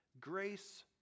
Grace